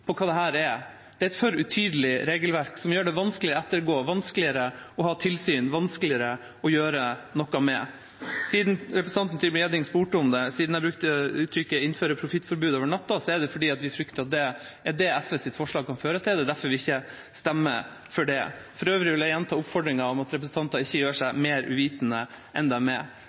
av hva dette er. Det er et for utydelig regelverk, som gjør det vanskelig å ettergå, vanskeligere å ha tilsyn, vanskeligere å gjøre noe med. Representanten Mathilde Tybring-Gjedde spurte om uttrykket «innføre profittforbud over natten», som jeg brukte: Det er fordi vi frykter at det er det SVs forslag kan føre til, og det er derfor vi ikke stemmer for det. For øvrig vil jeg gjenta oppfordringen om at representanter ikke gjør seg mer uvitende